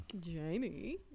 Jamie